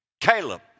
Caleb